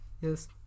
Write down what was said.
Yes